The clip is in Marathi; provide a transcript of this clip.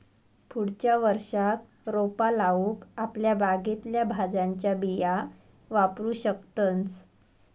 पुढच्या वर्षाक रोपा लाऊक आपल्या बागेतल्या भाज्यांच्या बिया वापरू शकतंस